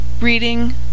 Reading